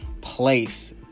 place